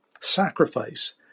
sacrifice